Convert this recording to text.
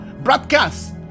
broadcast